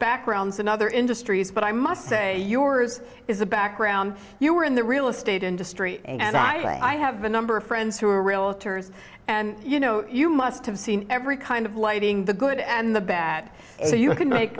backgrounds in other industries but i must say yours is a background you are in the real estate industry and i have a number of friends who are realtors and you know you must have seen every kind of lighting the good and the bad so you can make